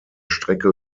strecke